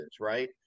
right